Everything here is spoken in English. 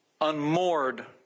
unmoored